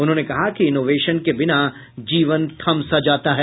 उन्होंने कहा कि इनोवेशन के बिना जीवन थम सा जाता है